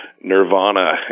nirvana